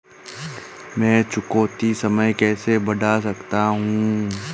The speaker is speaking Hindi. मैं चुकौती समय कैसे बढ़ा सकता हूं?